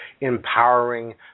empowering